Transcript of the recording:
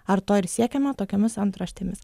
ar to ir siekiama tokiomis antraštėmis